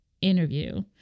interview